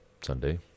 Sunday